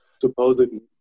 supposedly